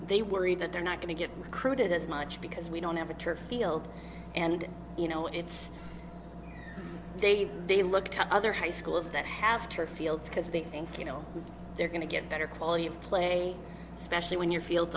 they worry that they're not going to get recruited as much because we don't have a turf field and you know it's they they look to other high schools that have two fields because they think you know they're going to get better quality of play especially when your field